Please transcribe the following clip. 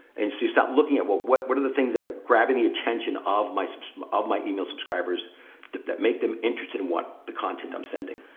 and so you start looking at what what are the things that are grabbing the attention of my sort of my email subscribers, that make them interested in what the content i'm sending.